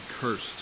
cursed